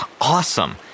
Awesome